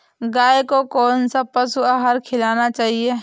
गाय को कौन सा पशु आहार खिलाना चाहिए?